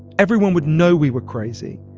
everyone would know we were crazy,